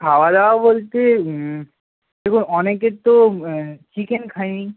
খাওয়া দাওয়া বলতে দেখুন অনেকে তো চিকেন খায় না